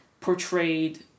portrayed